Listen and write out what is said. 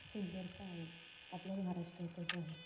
सुंदरता आहे आपल्या महाराष्ट्रात असं आहे